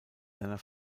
seiner